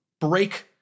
break